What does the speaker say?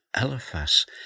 Eliphaz